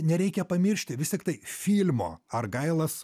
nereikia pamiršti vis tiktai filmo argailas